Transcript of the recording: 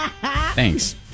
Thanks